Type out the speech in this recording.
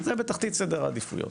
זה בתחתית סדר העדיפויות.